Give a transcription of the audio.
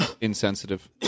insensitive